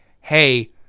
hey